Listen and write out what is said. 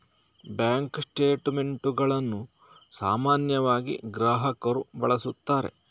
bank ಸ್ಟೇಟ್ ಮೆಂಟುಗಳನ್ನು ಸಾಮಾನ್ಯವಾಗಿ ಗ್ರಾಹಕರು ಬಳಸುತ್ತಾರೆ